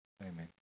amen